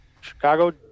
Chicago